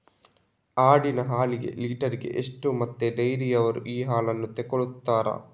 ಆಡಿನ ಹಾಲಿಗೆ ಲೀಟ್ರಿಗೆ ಎಷ್ಟು ಮತ್ತೆ ಡೈರಿಯವ್ರರು ಈ ಹಾಲನ್ನ ತೆಕೊಳ್ತಾರೆ?